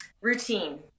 routine